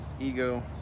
ego